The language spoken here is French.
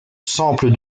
sample